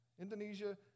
Indonesia